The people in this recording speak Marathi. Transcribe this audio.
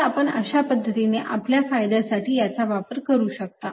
तर आपण अशा पद्धतीने आपल्या फायद्यासाठी याचा वापर करू शकता